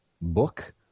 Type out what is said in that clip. book